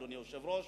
אדוני היושב-ראש.